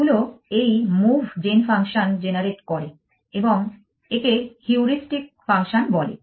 এগুলো এই move gen function generate করে এবং একে হিউড়িস্টিক ফাংশন বলে